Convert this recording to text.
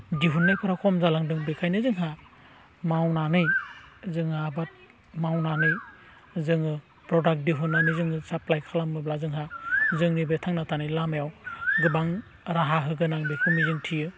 दिहुननायफोरा खम जालांदों बेनिखायनो जोंहा मावनानै जोंहा आबादा मावनानै जोङो प्रडाक्ट दिहुननानै जोङो साप्लाय खालामोब्ला जोंहा जोंनि बे थांना थानाय लामायाव गोबां राहा होगोन आं बेखौ मिजिंथियो